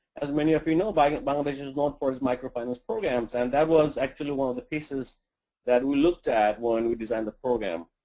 as many of you know, but bangladesh and is known for its micro finance programs and that was actually one of the pieces that we looked at when we designed the program.